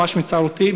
ממש מצעירותי,